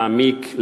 להעמיק,